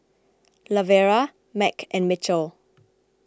Lavera Mack and Mitchell